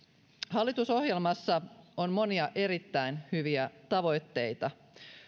hallitusohjelmassa on monia erittäin hyviä tavoitteita